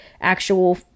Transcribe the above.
actual